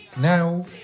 Now